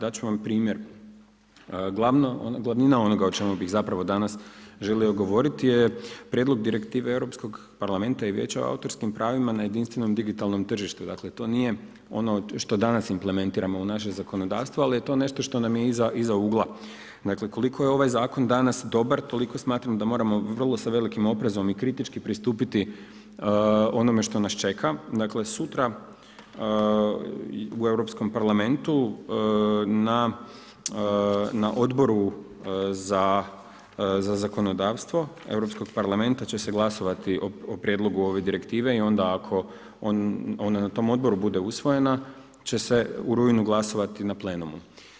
Dat ću vam primjer, glavnina onoga o čemu bih zapravo danas želio govoriti je prijedlog direktive Europskog parlamenta i Vijeća o autorskim pravima na jedinstvenom digitalnom tržištu, dakle to nije ono što danas implementiramo u naše zakonodavstvo, ali je to nešto što nam je iza ugla, dakle koliko je ovaj zakon danas dobar, toliko smatram da moramo s vrlo velikim oprezom i kritički pristupiti onome što nas čeka, dakle sutra u Europskom parlamentu na Odboru za zakonodavstvo Europskog parlamenta će se glasovati o prijedlogu ove direktive i onda ako na tom odboru bude usvojena će se u rujnu glasovati na plenumu.